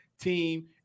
team